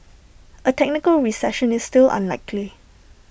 A technical recession is still unlikely